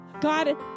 God